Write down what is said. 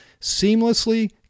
seamlessly